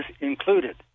included